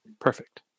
perfect